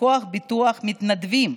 מכוח ביטוח מתנדבים,